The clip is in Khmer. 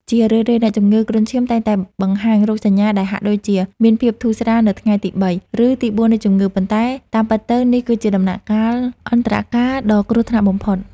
ជារឿយៗ អ្នកជំងឺគ្រុនឈាមតែងតែបង្ហាញរោគសញ្ញាដែលហាក់ដូចជាមានភាពធូរស្រាលនៅថ្ងៃទីបី ឬទីបួននៃជំងឺ ប៉ុន្តែតាមពិតទៅ នេះគឺជាដំណាក់កាល អន្តរកាល ដ៏គ្រោះថ្នាក់បំផុត។